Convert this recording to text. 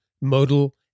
Modal